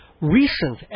recent